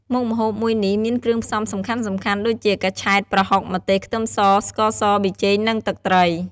មុខម្ហូបមួយនេះមានគ្រឿងផ្សំសំខាន់ៗដូចជា កញ្ឆែត ប្រហុក ម្ទេស ខ្ទឹមស ស្ករស ប៊ីចេង និងទឹកត្រី។